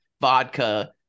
vodka